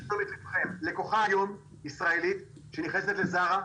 לקוחה ישראלית היום שנכנסת לזארה,